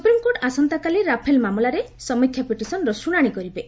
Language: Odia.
ସୁପ୍ରିମକୋର୍ଟ ଆସନ୍ତାକାଲି ରାଫେଲ ମାମଲାରେ ସମୀକ୍ଷା ପିଟିଶନର ଶୁଣାଣି କରିବେ